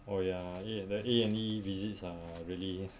oh ya A~ the A&E visits are really